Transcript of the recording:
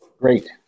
Great